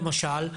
למשל,